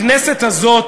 הכנסת הזאת